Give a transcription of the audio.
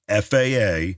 FAA